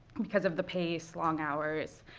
because of the pace, long hours.